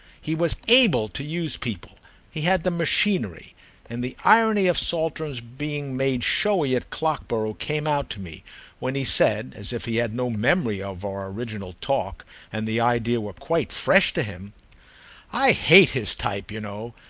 he was able to use people he had the machinery and the irony of saltram's being made showy at clockborough came out to me when he said, as if he had no memory of our original talk and the idea were quite fresh to him i hate his type, you know,